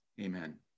Amen